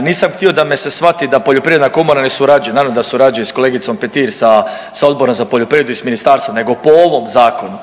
Nisam htio da me se shvati da Poljoprivredna komora ne surađuje, naravno da surađuje sa kolegicom Petir, sa Odborom za poljoprivredu i s Ministarstvom, nego po ovom Zakonu,